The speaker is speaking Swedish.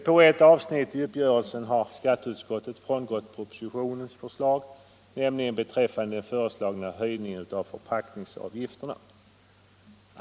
I ett avsnitt av uppgörelsen har skatteutskottet frångått propositionens förslag, nämligen beträffande den föreslagna höjningen av förpackningsavgifter.